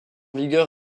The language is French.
vigueur